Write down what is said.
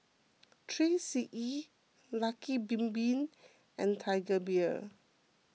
three C E Lucky Bin Bin and Tiger Beer